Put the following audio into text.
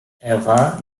ewa